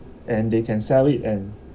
and they can sell it and